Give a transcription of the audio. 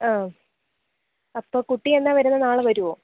ആ അപ്പോ കുട്ടി എന്നാണ് വരുന്നത് നാളെ വരുമോ